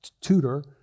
tutor